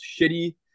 shitty